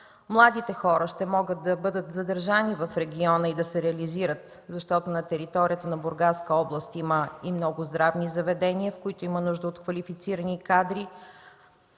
Младите хора ще могат да бъдат задържани в региона и да се реализират, защото на територията на Бургаска област има много здравни заведения, в които има нужда от квалифицирани кадри.